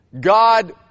God